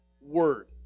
word